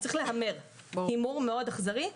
הוא צריך להמר הימור אכזרי מאוד.